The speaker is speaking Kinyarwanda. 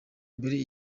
mbere